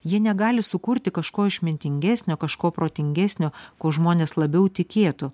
jie negali sukurti kažko išmintingesnio kažko protingesnio kuo žmonės labiau tikėtų